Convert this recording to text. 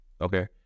Okay